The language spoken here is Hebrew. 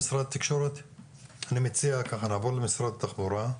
אני מציע שנעבור למשרד התחבורה.